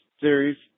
series